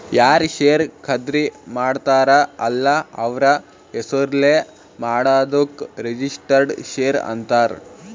ಯಾರ್ ಶೇರ್ ಖರ್ದಿ ಮಾಡ್ತಾರ ಅಲ್ಲ ಅವ್ರ ಹೆಸುರ್ಲೇ ಮಾಡಾದುಕ್ ರಿಜಿಸ್ಟರ್ಡ್ ಶೇರ್ ಅಂತಾರ್